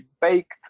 baked